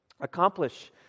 accomplish